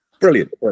brilliant